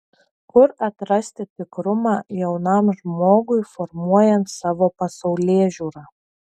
kur atrasti tikrumą jaunam žmogui formuojant savo pasaulėžiūrą